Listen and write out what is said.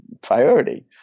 priority